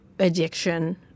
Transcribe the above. addiction